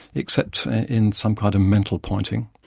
except in some kind of mental pointing.